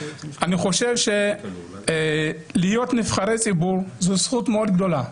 אני חושב שלהיות נבחרי ציבור זו זכות מאוד גדולה,